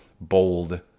bold